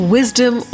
Wisdom